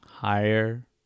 higher